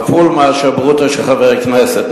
כפול מאשר הברוטו של חבר כנסת,